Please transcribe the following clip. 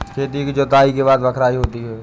खेती की जुताई के बाद बख्राई होती हैं?